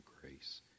grace